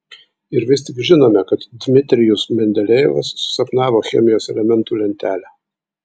ir vis tik žinome kad dmitrijus mendelejevas susapnavo chemijos elementų lentelę